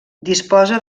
disposa